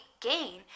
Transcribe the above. gain